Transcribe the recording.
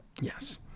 Yes